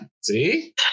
See